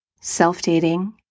self-dating